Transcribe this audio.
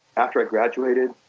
after i graduated,